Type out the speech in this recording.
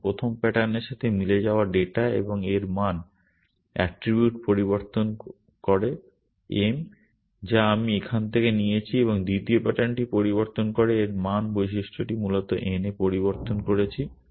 এখন প্রথম প্যাটার্নের সাথে মিলে যাওয়া ডাটা এবং এর মান অ্যাট্রিবিউট পরিবর্তন করে m যা আমি এখান থেকে নিয়েছি এবং দ্বিতীয় প্যাটার্নটি পরিবর্তন করে এর মান বৈশিষ্ট্যটি মূলত n এ পরিবর্তন করেছি